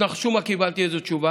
תנחשו מה קיבלתי, איזו תשובה?